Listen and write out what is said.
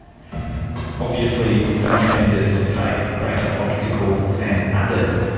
obviously some offenders face greater obstacles than others.